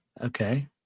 Okay